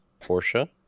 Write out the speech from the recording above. Porsche